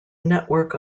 network